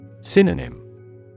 Synonym